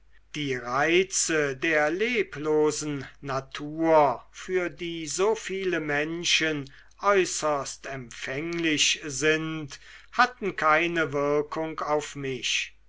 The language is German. die reize der leblosen natur für die so viele menschen äußerst empfanglich sind hatten keine wirkung auf mich